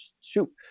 shoot